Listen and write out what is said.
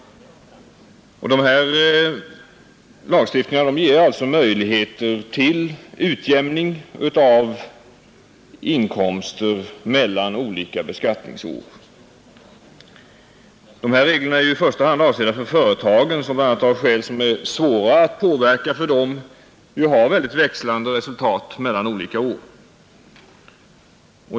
Dessa lagstiftningar ger alltså möjligheter till utjämning av inkomster mellan olika beskattningsår. Reglerna är i första hand avsedda för företagen som — bl.a. av skäl som är svåra att påverka för dem — ju har mycket växlande resultat mellan olika år.